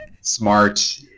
Smart